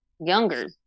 younger